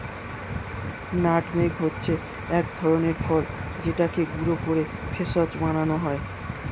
nutmeg হচ্ছে এক ধরনের ফল যেটাকে গুঁড়ো করে ভেষজ বানানো হয়